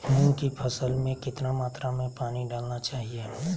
मूंग की फसल में कितना मात्रा में पानी डालना चाहिए?